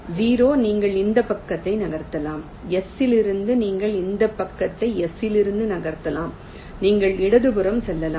0 நீங்கள் இந்த பக்கத்தை நகர்த்தலாம் S இலிருந்து நீங்கள் இந்த பக்கத்தை S இலிருந்து நகர்த்தலாம் நீங்கள் இடதுபுறம் செல்லலாம்